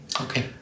Okay